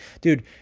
Dude